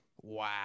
Wow